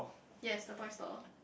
yes the toy store